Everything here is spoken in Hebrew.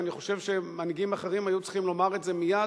ואני חושב שמנהיגים אחרים היו צריכים לומר את זה מייד,